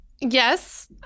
Yes